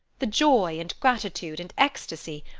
the joy, and gratitude, and ecstasy!